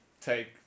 take